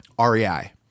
REI